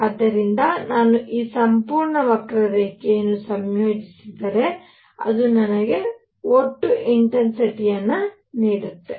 ಆದ್ದರಿಂದ ನಾನು ಈ ಸಂಪೂರ್ಣ ವಕ್ರರೇಖೆಯನ್ನು ಸಂಯೋಜಿಸಿದರೆ ಅದು ನನಗೆ ಒಟ್ಟು ಇಂಟೆನ್ಸಿಟಿಯನ್ನು ನೀಡುತ್ತದೆ